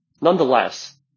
Nonetheless